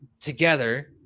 together